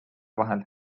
vahel